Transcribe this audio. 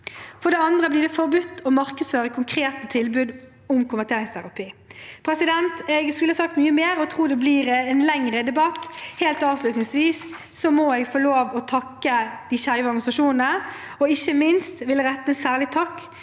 Det blir også forbudt å markedsføre konkrete tilbud om konverteringsterapi. Jeg skulle sagt mye mer, og jeg tror det blir en lengre debatt. Helt avslutningsvis må jeg få lov til å takke de skeive organisasjonene, og ikke minst vil jeg rette en særlig takk